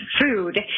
food